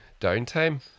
downtime